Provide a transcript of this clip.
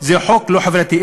תודה.